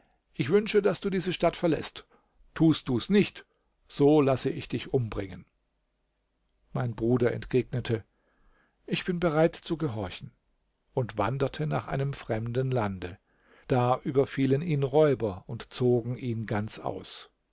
ich wünsche daß du diese stadt verläßt tust du's nicht so laß ich dich umbringen mein bruder entgegnete ich bin bereit zu gehorchen und wanderte nach einem fremden lande da überfielen ihn räuber und zogen ihn ganz aus